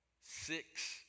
Six